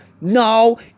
No